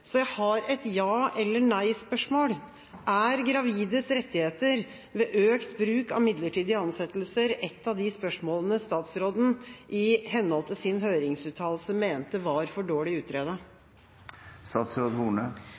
så jeg har et ja- eller nei-spørsmål: Er gravides rettigheter ved økt bruk av midlertidige ansettelser et av de spørsmålene statsråden i henhold til sin høringsuttalelse mente var for dårlig